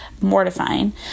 mortifying